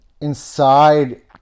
inside